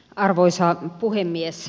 arvoisa puhemies